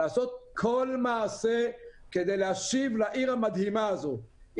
לעשות כל מעשה כדי להשיב לעיר המדהימה הזאת את החיים למסלולם.